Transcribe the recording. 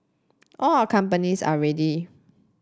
all our companies are ready